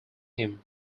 him